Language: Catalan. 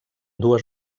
dues